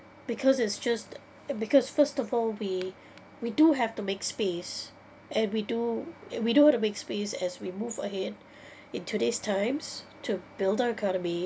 because it's just it because first of all we we do have to make space and we do and we do want to make space as we move ahead in today's times to build our economy